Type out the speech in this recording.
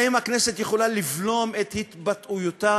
האם הכנסת יכולה לבלום את התבטאויותי?